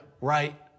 right